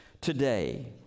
today